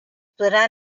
podrà